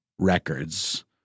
Records